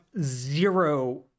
zero